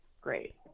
Great